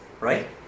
right